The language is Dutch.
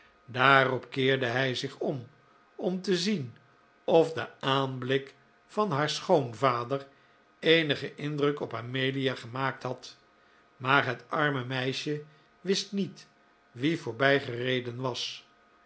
daarop keerde hij zich om om te zien of de aanblik van haar schoonvader eenigen indruk op amelia gemaakt had maar het arme meisje wist niet wie voorbijgereden was